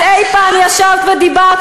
את אי-פעם ישבת ודיברת?